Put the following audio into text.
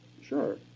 Sure